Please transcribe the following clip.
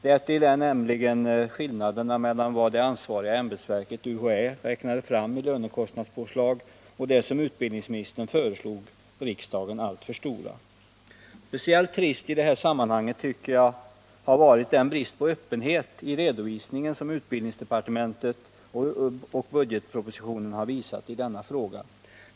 Därtill är nämligen skillnaderna mellan vad det ansvariga ämbetsverket UHÄ räknat fram i lönekostnadspåslag och det som utbildningsministern föreslog riksdagen alltför stora. Speciellt trist i sammanhanget tycker jag har varit den brist på öppenhet i redovisningen som utbildningsdepartementet och budgetpropositionen har visat i denna fråga.